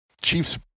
Chiefs